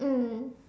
mm